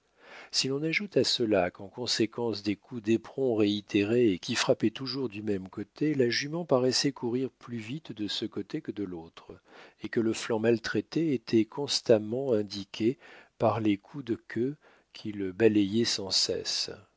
si l'on ajoute à cela qu'en conséquence des coups d'éperon réitérés et qui frappaient toujours du même côté la jument paraissait courir plus vite de ce côté que de l'autre et que le flanc maltraité était constamment indiqué par les coups de queue qui le balayaient sans cesse